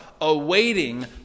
Awaiting